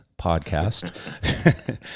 podcast